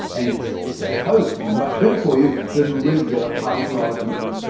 and it's supposed to be much better for you than regular pasteurised milk.